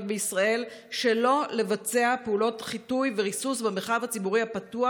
בישראל שלא לבצע פעולות חיטוי וריסוס במרחב הציבורי הפתוח,